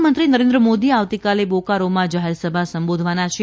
પ્રધાનમંત્રી શ્રી નરેન્દ્ર મોદી આવતીકાલે બોકારોમાં જાહેર સભા સંબોધવાના છે